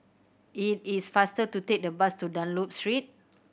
it is faster to take the bus to Dunlop Street